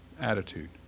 attitude